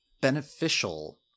beneficial